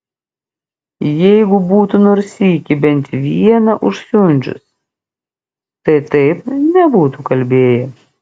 jeigu būtų nors sykį bent vieną užsiundžius tai taip nebūtų kalbėję